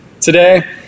Today